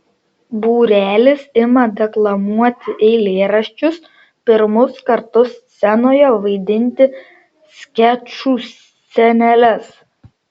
būrelis ima deklamuoti eilėraščius pirmus kartus scenoje vaidinti skečų sceneles